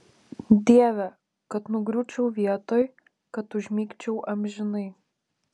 dieve kad nugriūčiau vietoj kad užmigčiau amžinai